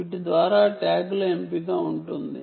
వీటి ద్వారా ట్యాగ్ల ఎంపిక ఉంటుంది